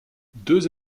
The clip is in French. deux